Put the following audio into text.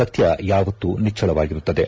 ಸತ್ಯ ಯಾವತ್ತು ನಿಚ್ಚಳವಾಗಿರುತ್ತದೆ